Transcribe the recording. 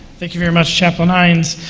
thank you very much, chaplain hines.